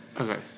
Okay